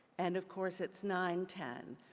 and of course it's nine ten.